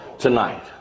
Tonight